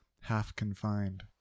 half-confined